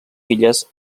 filles